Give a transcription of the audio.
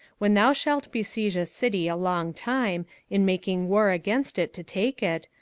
when thou shalt besiege a city a long time, in making war against it to take it,